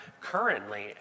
currently